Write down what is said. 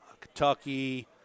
Kentucky –